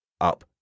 up